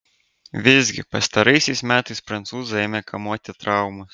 visgi pastaraisiais metais prancūzą ėmė kamuoti traumos